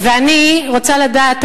ואני רוצה לדעת,